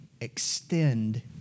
extend